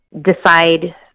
decide